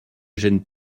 gêne